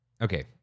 okay